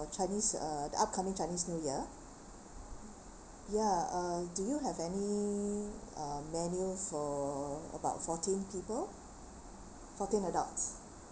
chinese uh the upcoming chinese new year ya uh do you have any uh menu for about fourteen people fourteen adults